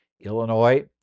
Illinois